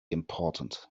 important